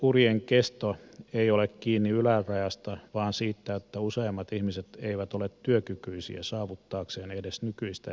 työurien kesto ei ole kiinni ylärajasta vaan siitä että useimmat ihmiset eivät ole työkykyisiä saavuttaakseen edes nykyistä eläkeikää